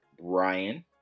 Brian